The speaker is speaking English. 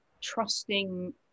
trusting